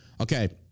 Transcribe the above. Okay